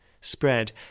spread